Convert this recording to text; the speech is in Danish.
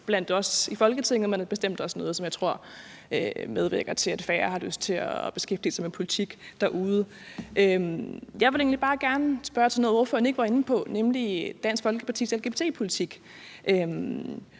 blandt os i Folketinget, og jeg tror bestemt også, at det er noget, der medvirker til, at færre derude har lyst til at beskæftige sig med politik. Jeg vil egentlig bare gerne spørge til noget, ordføreren ikke var inde på, nemlig Dansk Folkepartis lgbt-politik.